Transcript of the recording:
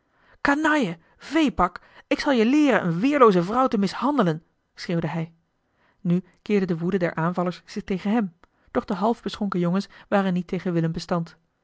canaille veepak ik zal je leeren eene weerlooze vrouw te mishandelen schreeuwde hij nu keerde de woede der aanvallers zich tegen hem doch de half beschonken jongens waren niet tegen willem bestand